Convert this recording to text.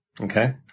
Okay